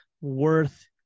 worth